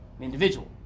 Individual